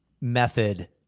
method